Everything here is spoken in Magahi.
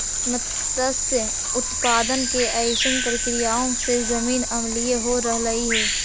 मत्स्य उत्पादन के अइसन प्रक्रियाओं से जमीन अम्लीय हो रहलई हे